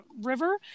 river